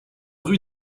rue